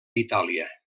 itàlia